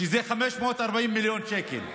שזה 540 מיליון שקל,